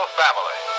family